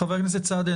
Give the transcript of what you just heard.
חבר הכנסת סעדי,